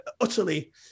utterly